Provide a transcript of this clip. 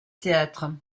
théâtre